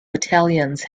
battalions